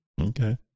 Okay